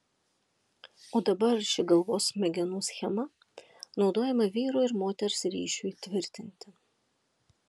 o dabar ši galvos smegenų schema naudojama vyro ir moters ryšiui tvirtinti